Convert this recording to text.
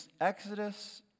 Exodus